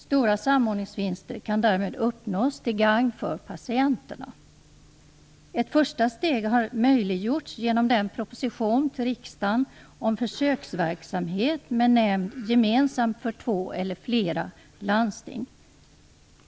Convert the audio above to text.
Stora samordningsvinster kan därmed uppnås, till gagn för patienterna. Ett första steg har möjliggjorts genom propositionen till riksdagen om försöksverksamhet med gemensam nämnd för två eller flera landsting.